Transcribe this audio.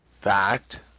Fact